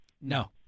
No